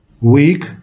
weak